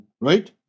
Right